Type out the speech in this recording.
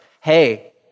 hey